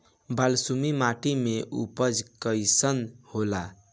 बालसुमी माटी मे उपज कईसन होला?